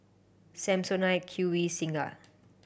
Samsonite Q V Singha